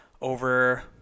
over